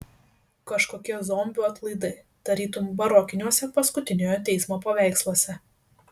kažkokie zombių atlaidai tarytum barokiniuose paskutiniojo teismo paveiksluose